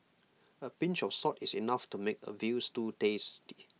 A pinch of salt is enough to make A Veal Stew tasty